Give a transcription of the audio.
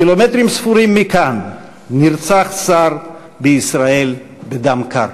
קילומטרים ספורים מכאן, נרצח שר בישראל בדם קר.